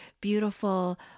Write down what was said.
beautiful